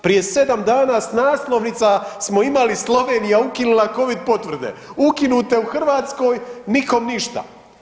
Prije 7 dana s naslovnica smo imali Slovenija ukinula Covid potvrde, ukinute u Hrvatskoj, nikom ništa.